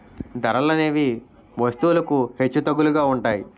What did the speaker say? ధరలనేవి వస్తువులకు హెచ్చుతగ్గులుగా ఉంటాయి